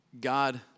God